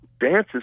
dances